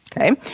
Okay